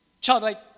Childlike